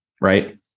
right